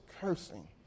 cursing